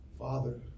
Father